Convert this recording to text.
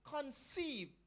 conceive